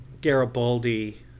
Garibaldi